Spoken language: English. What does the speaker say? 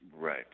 Right